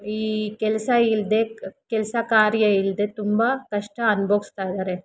ಈ ಕೆಲಸ ಇಲ್ಲದೇ ಕೆಲಸ ಕಾರ್ಯ ಇಲ್ಲದೇ ತುಂಬ ಕಷ್ಟ ಅನ್ಭವ್ಸ್ತಾ ಇದ್ದಾರೆ